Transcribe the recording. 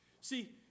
See